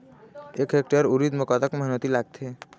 एक हेक्टेयर उरीद म कतक मेहनती लागथे?